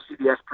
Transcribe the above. CBS